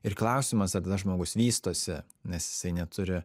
ir klausimas ar žmogus vystosi nes jisai neturi